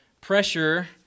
pressure